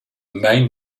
main